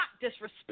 disrespect